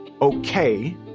okay